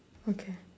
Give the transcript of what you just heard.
okay